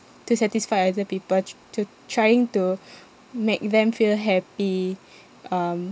to satisfy other people to to trying to make them feel happy um